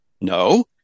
No